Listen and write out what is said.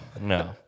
no